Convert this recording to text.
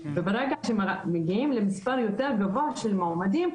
וברגע שמגיעים למספר יותר גבוה של מועמדים,